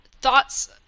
thoughts